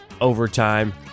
overtime